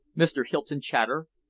mr. hylton chater,